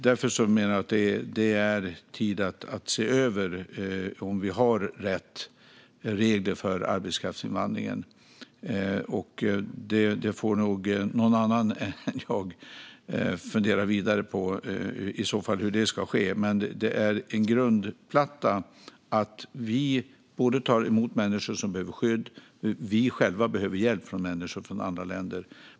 Därför är det, menar jag, tid att se över om vi har rätt regler för arbetskraftsinvandringen. Någon annan än jag får nog fundera vidare på hur det i så fall ska ske. En grundplatta är dock att vi både tar emot människor som behöver skydd och själva behöver hjälp av människor från andra länder.